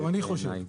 גם אני חושב כך.